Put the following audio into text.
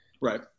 right